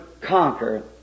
conquer